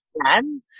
plan